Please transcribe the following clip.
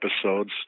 episodes